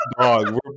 dog